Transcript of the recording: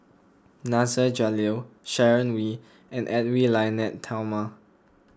Nasir Jalil Sharon Wee and Edwy Lyonet Talma